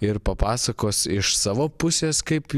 ir papasakos iš savo pusės kaip